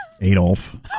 Adolf